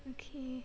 okay